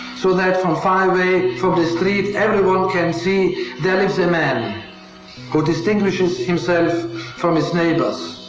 so that from far away from the street, everyone can see their lives a man who distinguishes himself from his neighbors,